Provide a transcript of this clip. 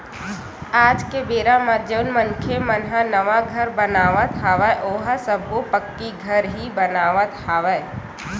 आज के बेरा म जउन मनखे मन ह नवा घर बनावत हवय ओहा सब्बो पक्की घर ही बनावत हवय